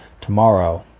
Tomorrow